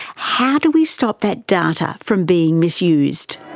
how do we stop that data from being misused?